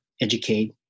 educate